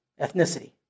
ethnicity